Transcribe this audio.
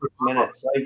minutes